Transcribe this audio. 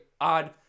odd